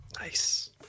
nice